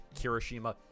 Kirishima